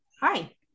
Hi